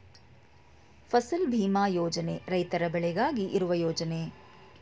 ಫಸಲ್ ಭೀಮಾ ಯೋಜನೆ ರೈತರ ಬೆಳೆಗಾಗಿ ಇರುವ ಯೋಜನೆ